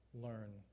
learn